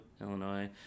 Illinois